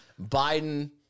Biden